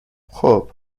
خوب